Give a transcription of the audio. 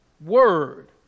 Word